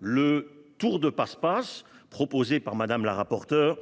Le tour de passe-passe proposé par Mme la rapporteure,